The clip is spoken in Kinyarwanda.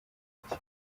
nshya